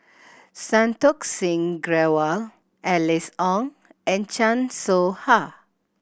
Santokh Singh Grewal Alice Ong and Chan Soh Ha